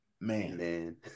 man